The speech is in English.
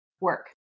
work